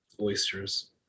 oysters